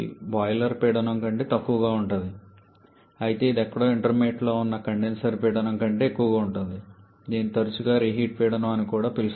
boiler పీడనం కంటే తక్కువగా ఉంటుంది అయితే ఇది ఎక్కడో ఇంటర్మీడియట్లో ఉన్న కండెన్సర్ పీడనం కంటే ఎక్కువగా ఉంటుంది దీనిని తరచుగా రీహీట్ పీడనం అని కూడా పిలుస్తారు